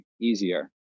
easier